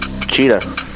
Cheetah